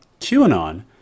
QAnon